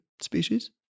species